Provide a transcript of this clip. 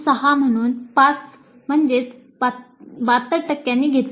6 म्हणजेच 72 टक्क्यांनी घेतली